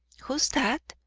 who's that?